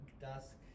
Dusk